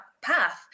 path